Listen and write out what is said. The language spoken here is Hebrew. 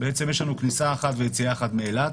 בעצם יש לנו כניסה אחת ויציאה אחת מאילת.